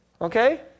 Okay